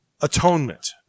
atonement